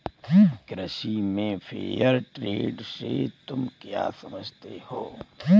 कृषि में fair trade से तुम क्या समझते हो?